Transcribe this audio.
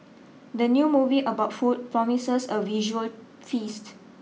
the new movie about food promises a visual feast